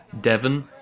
Devon